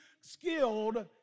skilled